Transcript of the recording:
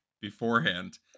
beforehand